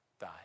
die